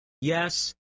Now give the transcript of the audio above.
Yes